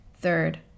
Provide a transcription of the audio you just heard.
Third